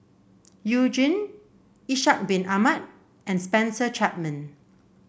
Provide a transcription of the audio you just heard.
You Jin Ishak Bin Ahmad and Spencer Chapman